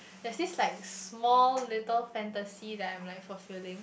there's this like small little fantasy that I am fulfilling